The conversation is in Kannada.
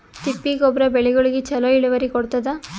ತಿಪ್ಪಿ ಗೊಬ್ಬರ ಬೆಳಿಗೋಳಿಗಿ ಚಲೋ ಇಳುವರಿ ಕೊಡತಾದ?